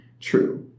true